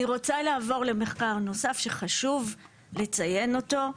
אני רוצה לעבור למחקר נוסף שחשוב לציין אותו,